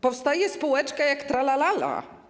Powstaje spółeczka jak tralala.